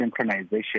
synchronization